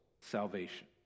salvation